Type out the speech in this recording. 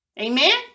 Amen